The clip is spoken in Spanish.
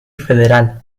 federal